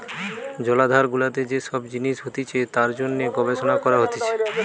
জলাধার গুলাতে যে সব জিনিস হতিছে তার জন্যে গবেষণা করা হতিছে